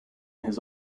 his